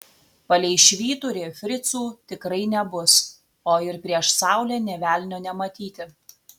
palei švyturį fricų tikrai nebus o ir prieš saulę nė velnio nematyti